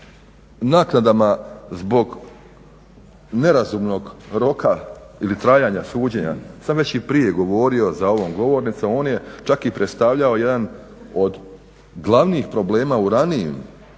naknadama zbog nerazumnog roka ili trajanja suđenja sam već i prije govorio za ovom govornicom. On je čak i predstavljao jedan od glavnih problema u ranijim